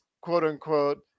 quote-unquote